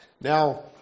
Now